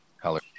color